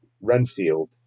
Renfield